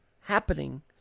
happening